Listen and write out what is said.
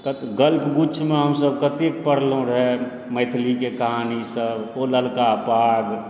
gulf गुच्छमे हमसब कते पढ़ने रहि मैथिलीके कहानी सब ओ ललका पाग